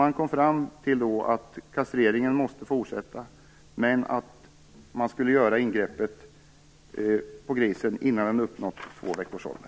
Man kom då fram till att kastreringen måste fortsätta men att ingreppet på grisen skulle göras innan den uppnått två veckors ålder.